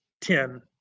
ten